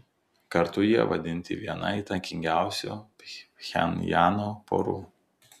kartu jie vadinti viena įtakingiausių pchenjano porų